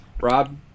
Rob